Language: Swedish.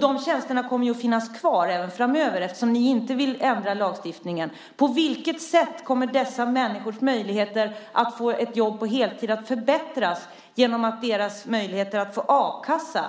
De tjänsterna kommer ju att finnas kvar även framöver eftersom ni inte vill ändra lagstiftningen. På vilket sätt kommer dessa människors möjligheter att få ett jobb på heltid att förbättras genom att deras möjligheter att få a-kassa